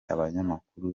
abanyamakuru